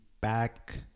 back